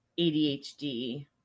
adhd